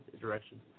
direction